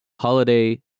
holiday